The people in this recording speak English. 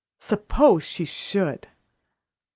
suppose she should!